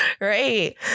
right